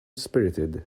spirited